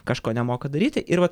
kažko nemoka daryti ir va